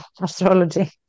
astrology